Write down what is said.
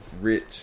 rich